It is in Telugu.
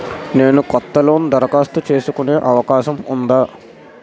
నేను కొత్త లోన్ దరఖాస్తు చేసుకునే అవకాశం ఉందా?